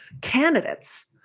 candidates